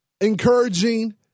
encouraging